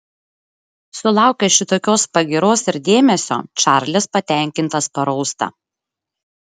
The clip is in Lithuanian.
sulaukęs šitokios pagyros ir dėmesio čarlis patenkintas parausta